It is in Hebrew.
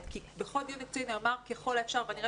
בכל דיון מקצועי נאמר ככל האפשר - ואני אראה